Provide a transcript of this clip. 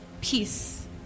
peace